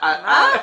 מה?